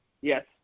yes